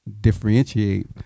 differentiate